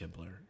Kibler